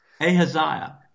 Ahaziah